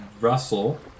Russell